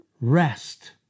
rest